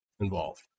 involved